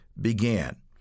began